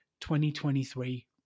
2023